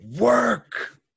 work